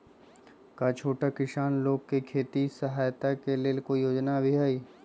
का छोटा किसान लोग के खेती सहायता के लेंल कोई योजना भी हई?